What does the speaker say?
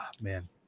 man